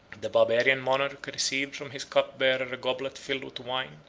the barbarian monarch received from his cup-bearer a goblet filled with wine,